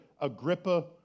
Agrippa